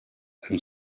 and